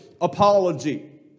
apology